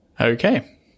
Okay